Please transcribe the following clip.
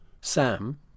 Sam